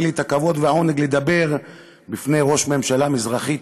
לי הכבוד והעונג לדבר בפני ראש ממשלה מזרחי.